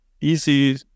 easy